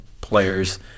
players